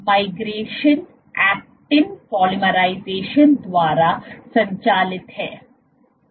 तो migration actin polymerisation द्वारा संचालित है